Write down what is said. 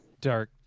dark